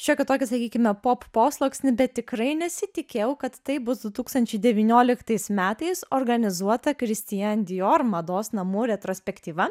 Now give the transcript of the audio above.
šiokią tokį sakykime pop posluoksnį bet tikrai nesitikėjau kad tai bus du tūkstančiai devynioliktais metais organizuota kristian dior mados namų retrospektyva